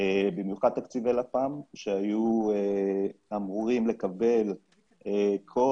במיוחד תקציבי לפ"מ שהיו אמורים לקבל כל